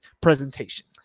presentation